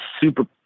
super